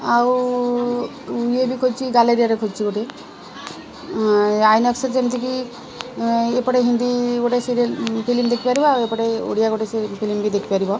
ଆଉ ଇଏ ବି ଖୋଜୁଛି ଗ୍ୟାଲେରିଆରେ ଖୋଜୁଛି ଗୋଟେ ଆଇନକ୍ସ୍ ଯେମିତିକି ଏପଟେ ହିନ୍ଦୀ ଗୋଟେ ସିରିଏଲ୍ ଫିଲ୍ମ୍ ଦେଖିବ ଆଉ ଏପଟେ ଓଡ଼ିଆ ଗୋଟେ ଫିଲ୍ମ୍ ବି ଦେଖିପାରିବ